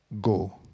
Go